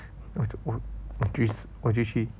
我我我 twist 我就去